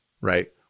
right